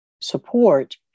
support